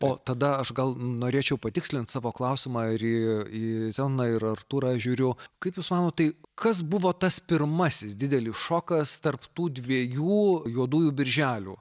o tada aš gal norėčiau patikslint savo klausimą ir į zenoną ir artūrą žiūriu kaip jūs manot tai kas buvo tas pirmasis didelis šokas tarp tų dviejų juodųjų birželių